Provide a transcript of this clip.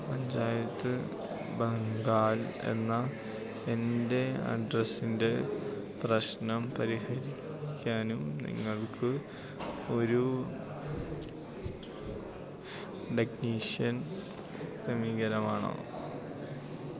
പഞ്ചായത്ത് ബംഗാല് എന്ന എൻ്റെ അഡ്രസ്സിൻ്റെ പ്രശ്നം പരിഹരിക്കാനും നിങ്ങൾക്ക് ഒരു ടെക്നീഷ്യൻ ക്രമീകരമാണോ